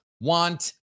want